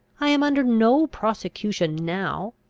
i am under no prosecution now!